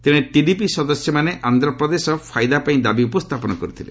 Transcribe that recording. ତେଣେ ଟିଡିପି ସଦସ୍ୟମାନେ ଆନ୍ଧ୍ରପ୍ରଦେଶ ଫାଇଦା ପାଇଁ ଦାବି ଉପସ୍ଥାପନ କରିଥିଲେ